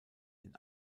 den